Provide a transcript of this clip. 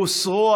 הוסרו.